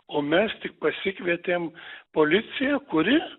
o mes tik pasikvietėm policiją kuri